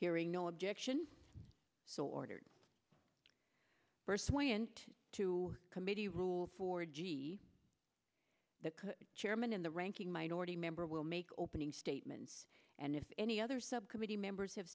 hearing no objection so ordered first win to committee rules for g the chairman and the ranking minority member will make opening statements and if any other subcommittee members have